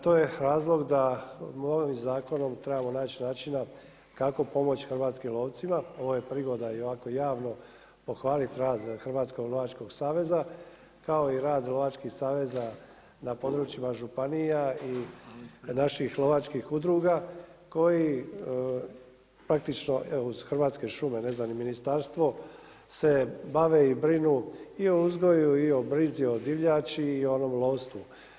To je razlog da novim zakonom trebamo nać načina kako pomoć hrvatskim lovcima, ovo je prigoda i ovako javno pohvalit rad Hrvatskog lovačkog saveza, ako i rad lovačkih saveza na područjima županija i naših lovačkih udruga, koji praktički, evo uz Hrvatske šume i ministarstvo se bave i brinu i o uzgoju i o brizi o divljači i onom lovstvu.